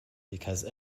because